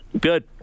Good